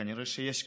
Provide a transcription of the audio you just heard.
כנראה שיש כסף,